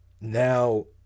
now